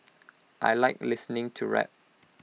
I Like listening to rap